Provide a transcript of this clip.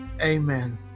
Amen